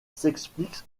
s’explique